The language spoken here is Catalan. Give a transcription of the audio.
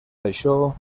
això